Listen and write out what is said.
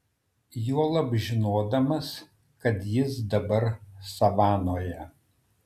juolab žinodamas kad jis dabar savanoje